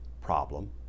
problem